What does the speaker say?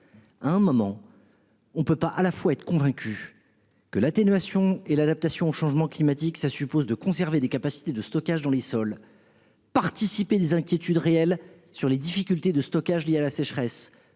À un moment. On ne peut pas à la fois être convaincu que l'atténuation et l'adaptation au changement climatique. Ça suppose de conserver des capacités de stockage dans les sols. Participez des inquiétudes réelles sur les difficultés de stockage liée à la sécheresse